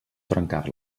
trencar